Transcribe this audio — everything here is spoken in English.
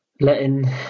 letting